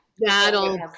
that'll